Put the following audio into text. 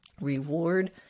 Reward